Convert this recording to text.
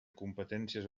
competències